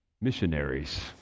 Missionaries